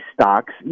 stocks